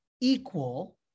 equal